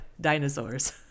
dinosaurs